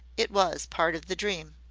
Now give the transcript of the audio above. it was part of the dream.